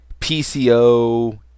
PCO